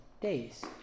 days